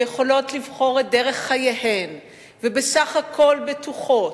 יכולות לבחור את דרך חייהן ובסך הכול בטוחות,